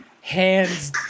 Hands